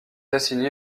assigné